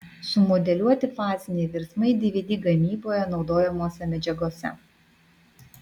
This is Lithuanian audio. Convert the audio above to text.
sumodeliuoti faziniai virsmai dvd gamyboje naudojamose medžiagose